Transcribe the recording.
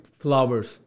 flowers